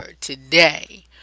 today